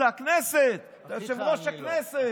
זו הכנסת, אתה יושב-ראש הכנסת.